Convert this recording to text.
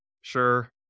Sure